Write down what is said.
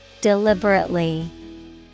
deliberately